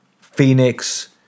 Phoenix